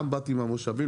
גם באתי מהמושבים,